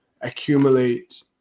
accumulate